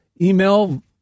email